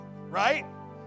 right